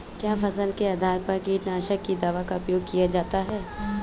क्या फसल के आधार पर कीटनाशक दवा का प्रयोग किया जाता है?